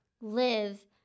live